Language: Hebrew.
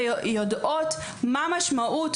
ויודעות מה המשמעות,